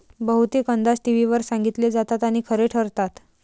बहुतेक अंदाज टीव्हीवर सांगितले जातात आणि खरे ठरतात